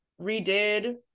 redid